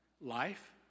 life